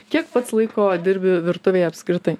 kiek pats laiko dirbi virtuvėje apskritai